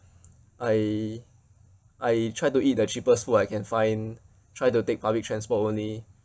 I I try to eat the cheapest food I can find try to take public transport only